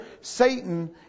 Satan